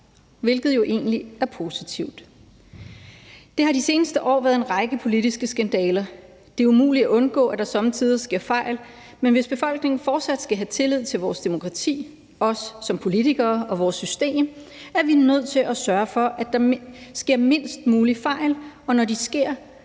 hvilket jo egentlig er positivt. Der er de seneste år været en række politiske skandaler. Det er umuligt at undgå, at der somme tider sker fejl, men hvis befolkningen fortsat skal have tillid til vores demokrati, os som politikere og vores system, er vi nødt til at sørge for, at der sker mindst mulige fejl, og at der